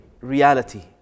reality